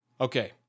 Okay